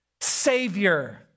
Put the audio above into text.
savior